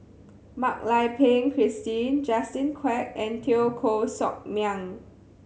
Mak Lai Peng Christine Justin Quek and Teo Koh Sock Miang